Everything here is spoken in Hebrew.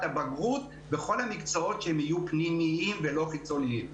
הבגרות בכל המקצועות שהם יהיו פנימיים ולא חיצוניים.